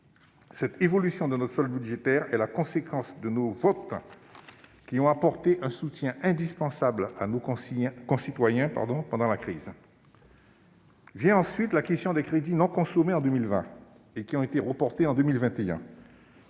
l'évolution de notre solde budgétaire est la conséquence de nos votes, qui ont permis d'apporter un soutien indispensable à nos concitoyens pendant la crise. Vient ensuite la question des crédits non consommés en 2020 et qui ont été reportés en 2021.